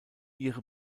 ihre